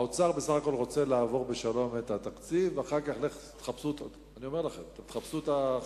האוצר בסך-הכול רוצה לעבור בשלום את התקציב ואחר כך שיחפשו אותו.